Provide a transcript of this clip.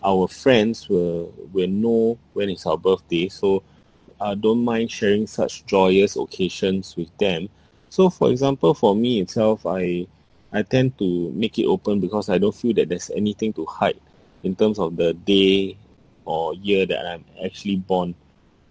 our friends will will know when is our birthday so I don't mind sharing such joyous occasions with them so for example for me itself I I tend to make it open because I don't feel that there's anything to hide in terms of the day or year that I'm actually born